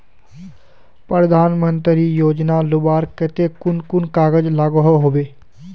प्रधानमंत्री योजना लुबार केते कुन कुन कागज लागोहो होबे?